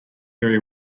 area